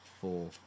four